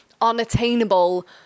unattainable